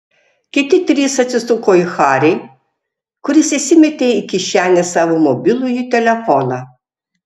kiti trys atsisuko į harį kuris įsimetė į kišenę savo mobilųjį telefoną